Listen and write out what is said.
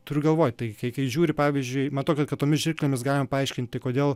turiu galvoj tai kai kai žiūri pavyzdžiui man atrodo kad tomis žirklėmis galima paaiškinti kodėl